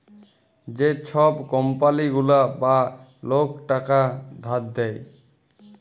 যে ছব কম্পালি গুলা বা লক টাকা ধার দেয়